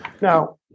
Now